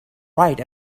right